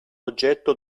oggetto